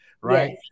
right